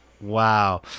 Wow